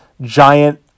giant